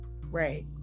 right